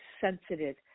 sensitive